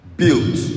built